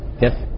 Yes